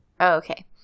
Okay